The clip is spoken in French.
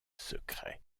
secrets